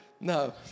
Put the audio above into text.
No